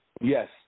yes